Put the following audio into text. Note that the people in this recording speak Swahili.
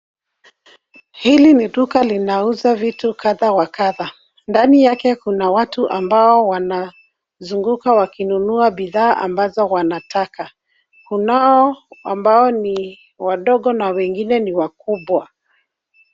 Hili ni duka linauza vitu kadhaa wa kadhaa. Ndani yake kuna watu ambao wanazunguka wakinunua bidhaa ambazo wanataka. Kunao ambao ni wadogo na wengine ni wakubwa.